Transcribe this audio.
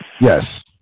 Yes